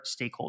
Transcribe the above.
stakeholders